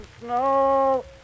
snow